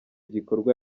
gikorwa